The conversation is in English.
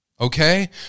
okay